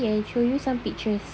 see I show you some pictures